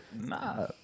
Nah